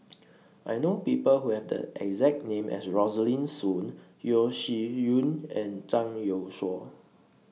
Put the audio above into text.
I know People Who Have The exact name as Rosaline Soon Yeo Shih Yun and Zhang Youshuo